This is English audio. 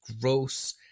gross